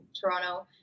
Toronto